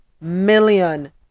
million